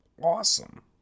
awesome